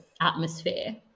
atmosphere